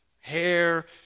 Hair